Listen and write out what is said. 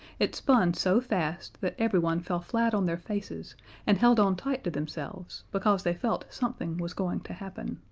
it spun so fast that everyone fell flat on their faces and held on tight to themselves, because they felt something was going to happen.